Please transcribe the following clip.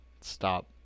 Stop